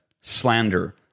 slander